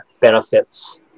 benefits